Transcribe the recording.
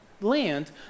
land